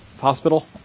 hospital